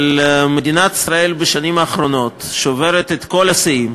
אבל מדינת ישראל בשנים האחרונות שוברת את כל השיאים